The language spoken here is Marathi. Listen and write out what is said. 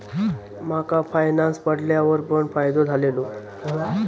माका फायनांस पडल्यार पण फायदो झालेलो